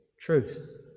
truth